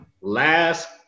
Last